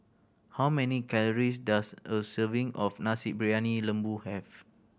how many calories does a serving of Nasi Briyani Lembu have